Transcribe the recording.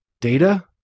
data